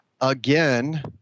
again